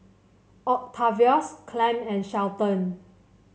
Octavius Clem and Shelton